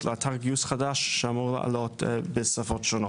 לאתר גיוס חדש שאמור לעלות בשפות שונות.